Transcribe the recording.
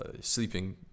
sleeping